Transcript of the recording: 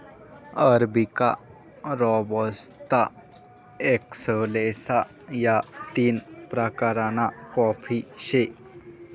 arabica, robusta, excelsa या तीन प्रकारना काफी से